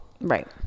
right